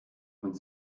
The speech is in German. und